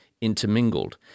intermingled